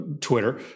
Twitter